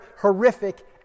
horrific